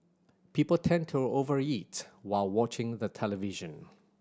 people tend to over eat while watching the television